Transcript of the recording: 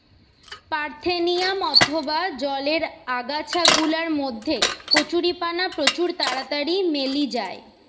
parthenium অথবা জলের আগাছা গুলার মধ্যে কচুরিপানা প্রচুর তাড়াতাড়ি মেলি যায়